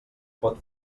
pot